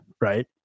right